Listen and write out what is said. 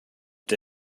the